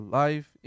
life